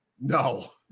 No